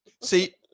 see